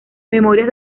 memorias